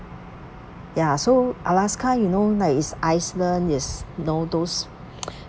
ya so alaska you know nice iceland is know those